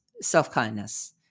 self-kindness